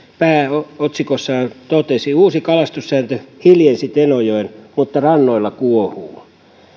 pääotsikossaan totesi uusi kalastussääntö hiljensi tenojoen mutta rannoilla kuohuu